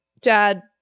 dad